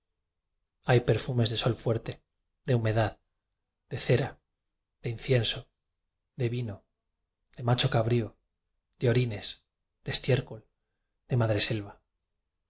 hay perfumes de sol fuerte de humedad de cera de incienso de vino de macho cabrío de orines de estiércol de madre